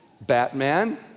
Batman